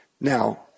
Now